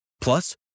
Plus